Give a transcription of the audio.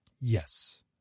Yes